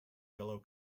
yellow